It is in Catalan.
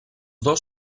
dos